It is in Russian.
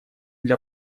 для